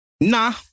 Nah